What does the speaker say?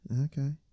Okay